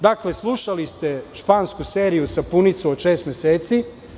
Dakle, slušali ste špansku seriju, sapunicu šest meseci.